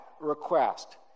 request